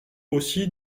aussi